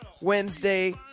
Wednesday